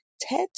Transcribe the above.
TED